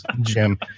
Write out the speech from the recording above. Jim